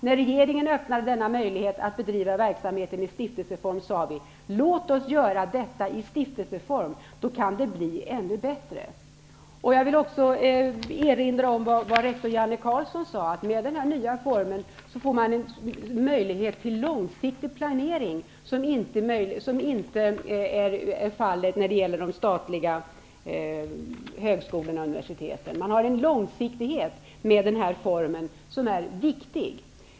När regeringen öppnade denna möjlighet att bedriva verksamheten i stiftelseform sade vi: Låt oss göra detta i stiftelseform. Då kan det bli ännu bättre. Jag vill också erinra om vad rektor Janne Carlsson sade, nämligen att man med den nya formen får en möjlighet till långsiktig planering, som saknas när det gäller de statliga högskolorna och universiteten. Man får med den här formen en långsiktighet, som är viktig.